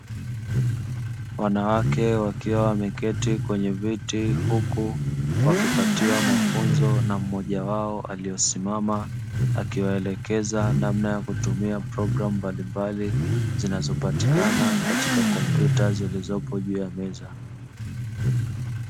Wanawake wakiwa wameketi kwenye viti, huku wakipatiwa mafunzo na mmoja wao aliyesimama, akiwaelekeza namna ya kutumia programu mbalimbali zinazopatikana katika kompyuta zilizopo juu ya meza.